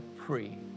free